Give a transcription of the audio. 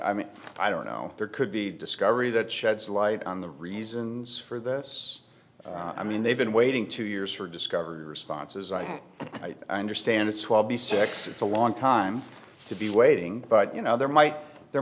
i mean i don't know there could be discovery that sheds light on the reasons for this i mean they've been waiting two years for discovery responses i understand it's will be six it's a long time to be waiting but you know there might there